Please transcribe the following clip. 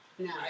No